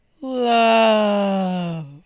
love